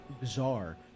bizarre